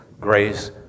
grace